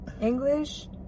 english